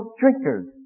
drinkers